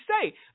say